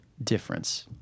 difference